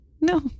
No